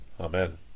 Amen